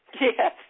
Yes